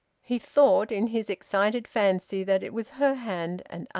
he thought, in his excited fancy, that it was her hand and